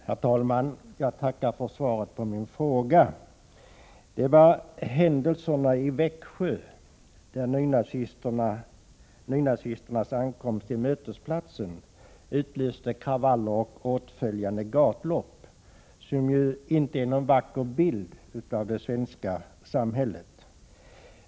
Herr talman! Jag tackar för svaret på min fråga. Den är föranledd av händelserna i Växjö, där nynazisternas ankomst till mötesplatsen utlöste kravaller och åtföljande gatlopp, något som ju inte ger någon vacker bild av det svenska samhället.